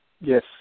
Yes